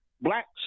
blacks